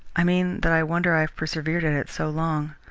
i mean that i wonder i have persevered at it so long.